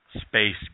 space